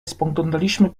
spoglądaliśmy